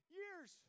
years